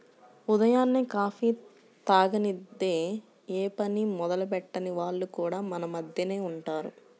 ఉదయాన్నే కాఫీ తాగనిదె యే పని మొదలెట్టని వాళ్లు కూడా మన మద్దెనే ఉంటారు